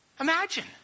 Imagine